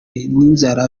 n’inzara